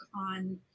on